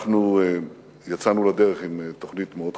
אנחנו יצאנו לדרך עם תוכנית מאוד חשובה,